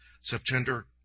September